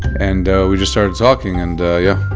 and we just started talking and uhh, yeah